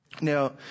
Now